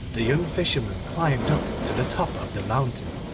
the young fisherman climbed up to the top of the mountain,